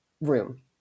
room